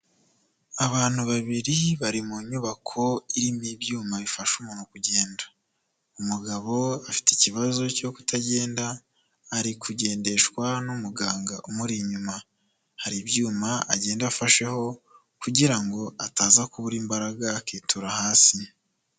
Abantu babiri bari mu nyubako irimo ibyuma bifasha umuntu kugenda, umugabo afite ikibazo cyo kutagenda ari kugendeshwa n'umuganga umuri inyuma, hari ibyuma agenda afasheho kugira ngo ataza kubura imbaraga akitura hasi.